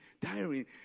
Tiring